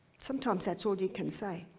sometimes, that's all you can say,